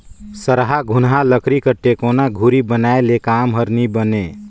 सरहा घुनहा लकरी कर टेकोना धूरी बनाए ले काम हर नी बने